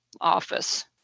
office